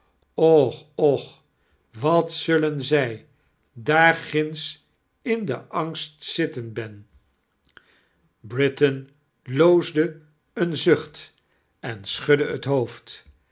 och och wat zullen zij daarginds in den angst zitten ben britain loosde een zucht en schudde kerstvektellingen het hoofd